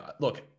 look